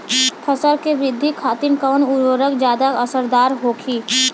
फसल के वृद्धि खातिन कवन उर्वरक ज्यादा असरदार होखि?